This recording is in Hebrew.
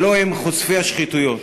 הלוא הם חושפי השחיתויות.